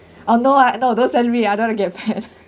oh no ah no don't send me I don't want to get fat